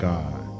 God